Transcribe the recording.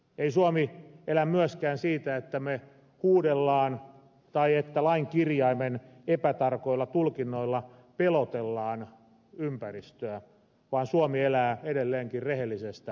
ei suomi elä myöskään siitä että huudellaan tai lain kirjaimen epätarkoilla tulkinnoilla pelotellaan ympäristöä vaan suomi elää edelleenkin rehellisestä työstä